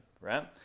right